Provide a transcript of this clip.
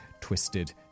twisted